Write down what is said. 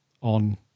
on